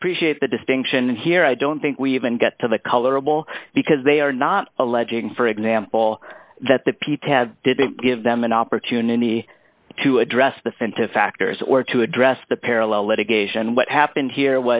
i appreciate the distinction here i don't think we even get to the colorable because they are not alleging for example that the p t did give them an opportunity to address the center factors or to address the parallel litigation what happened here